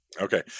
okay